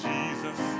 Jesus